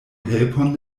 helpon